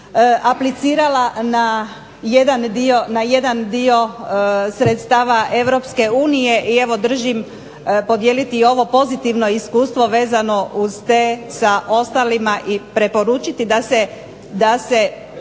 aplicirala na jedan dio sredstava EU i evo držim podijeliti ovo pozitivno vezano uz te sa ostalima i preporučiti da se